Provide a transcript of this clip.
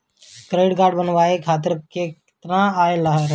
Credit card बनवाए के खातिर केतना आय रहेला?